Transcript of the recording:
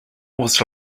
was